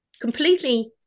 completely